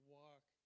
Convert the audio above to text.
walk